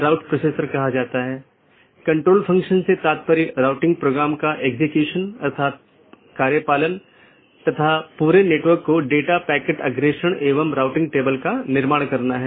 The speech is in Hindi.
एक पारगमन AS में मल्टी होम AS के समान 2 या अधिक ऑटॉनमस सिस्टम का कनेक्शन होता है लेकिन यह स्थानीय और पारगमन ट्रैफिक दोनों को वहन करता है